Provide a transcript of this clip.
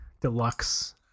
deluxe